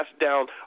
down